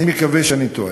אני מקווה שאני טועה.